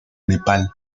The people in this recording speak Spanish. nepal